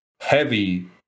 heavy